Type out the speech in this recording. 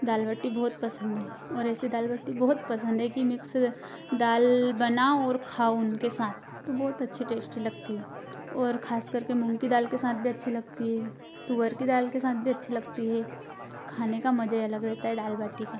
दाल बाटी बहुत पसंद है और ऐसे दाल बाटी बहुत पसंद है कि मिक्स दाल बनाओ और खाओ उनके साथ तो बहुत अच्छी टेस्ट लगती है और ख़ास करके मूँग की दाल के साथ भी अच्छी लगती है तुअर की दाल के साथ भी अच्छी लगती है खाने का मज़े अलग रहता है दाल बाटी का